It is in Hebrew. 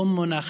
אומונא ח'דיג'ה,